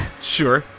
sure